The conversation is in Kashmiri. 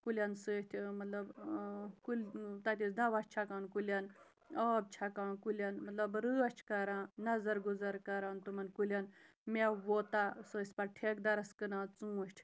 کُلٮ۪ن سۭتۍ مطلب کُلۍ تَتہِ ٲسۍ دَوا چھَکان کُلٮ۪ن آب چھَکان کُلٮ۪ن مطلب رٲچھ کَران نظر گُزَر کَران تمَن کُلٮ۪ن مٮ۪وٕ ووتاہ سُہ ٲسۍ پَتہٕ ٹھیکہٕ دَرَس کٕنان ژوٗنٛٹھۍ